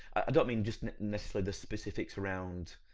i don't mean just necessarily the specifics around